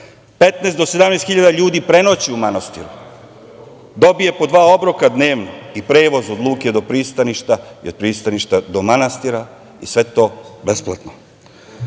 15.000 do 17.000 ljudi prenoći u manastiru, dobije po dva obroka dnevno i prevoz od luke do pristaništa i od pristaništa do manastira i sve to besplatno.